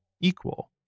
equal